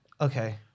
Okay